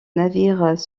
navires